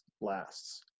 lasts